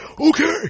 okay